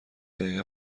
دقیقه